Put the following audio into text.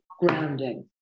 grounding